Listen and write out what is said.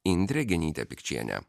indrė genytė pikčienė